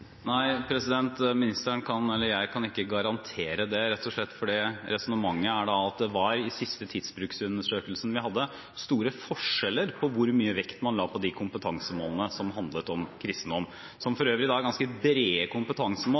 Nei, jeg kan ikke garantere det, rett og slett fordi resonnementet er at det i siste tidsbruksundersøkelsen vi hadde, var store forskjeller på hvor mye vekt man la på de kompetansemålene som handlet om kristendom, som for øvrig er ganske brede kompetansemål.